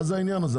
מה העניין הזה?